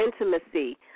Intimacy